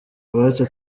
bwacu